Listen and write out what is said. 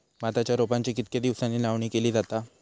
भाताच्या रोपांची कितके दिसांनी लावणी केली जाता?